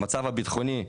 המצב הביטחוני,